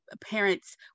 parents